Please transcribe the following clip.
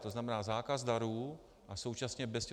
To znamená zákaz darů a současně bez